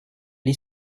les